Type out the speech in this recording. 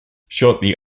shortly